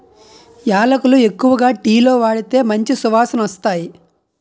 యాలకులు ఎక్కువగా టీలో వాడితే మంచి సువాసనొస్తాయి